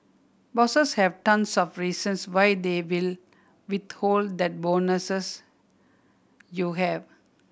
bosses have tons of reasons why they will withhold that you have